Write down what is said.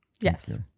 Yes